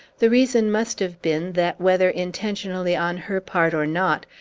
the reason must have been that, whether intentionally on her part or not,